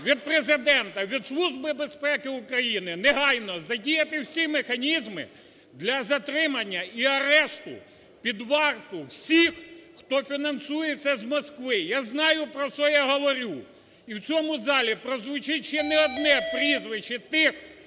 від Президента, від Служби безпеки України, негайно задіяти всі механізми для затримання і арешту, під варту всіх, хто фінансується з Москви. Я знаю, про що я говорю. І в цьому залі прозвучить ще не одне прізвище тих,